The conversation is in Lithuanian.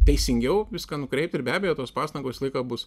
teisingiau viską nukreipt ir be abejo tos pastangos visą laiką bus